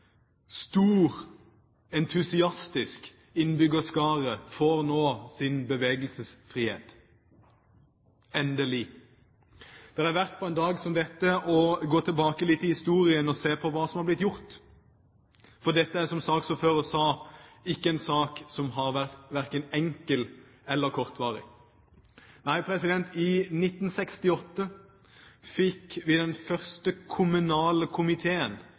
stor, entusiastisk innbyggerskare får nå sin bevegelsesfrihet – endelig. Det er på en dag som dette verdt å gå litt tilbake i historien og se på hva som har blitt gjort, for dette er, som saksordføreren sa, ikke en sak som har vært verken enkel eller kortvarig. I 1968 fikk vi den første kommunale komiteen